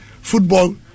football